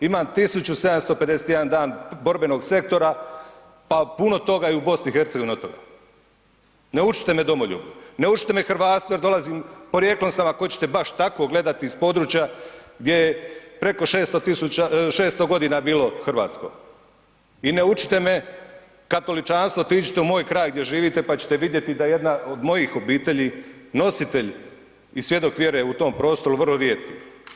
Imam 1.751 borbenog sektora pa puno toga i u BiH od toga, ne učite me domoljublju, ne učite me hrvatstvu, jer dolazim, porijeklom ako hoćete baš tako gledati iz područja gdje je preko 600 godina bilo hrvatsko i ne učite me katoličanstvu otiđite u moj kraj gdje živite pa ćete vidjeti da jedna od mojih obitelji nositelj i svjedok vjere u tom prostoru vrlo rijetko.